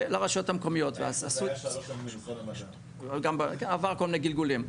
לרשויות המקומיות, זה עבר כל מיני גלגולים,